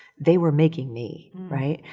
they were making me. right?